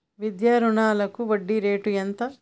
విద్యా రుణాలకు వడ్డీ రేటు ఎంత?